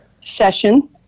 session